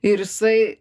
ir jisai